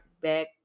back